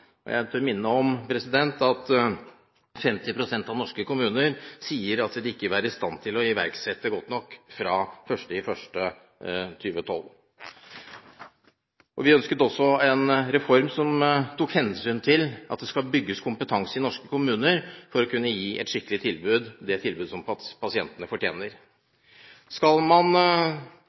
tempoplan. Jeg tør minne om at 50 pst. av norske kommuner sier at de ikke vil være i stand til å iverksette godt nok fra 1. januar 2012. Vi ønsket også en reform som tok hensyn til at det skal bygges kompetanse i norske kommuner for å kunne gi et skikkelig tilbud, det tilbudet som pasientene fortjener. Skal man